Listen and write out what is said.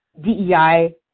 DEI